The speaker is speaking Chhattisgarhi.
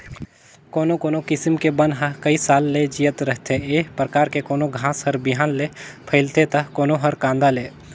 कोनो कोनो किसम के बन ह कइ साल ले जियत रहिथे, ए परकार के कोनो घास हर बिहन ले फइलथे त कोनो हर कांदा ले